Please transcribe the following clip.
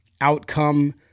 Outcome